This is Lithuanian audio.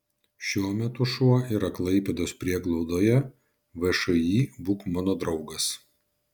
šiuo metu šuo yra klaipėdos prieglaudoje všį būk mano draugas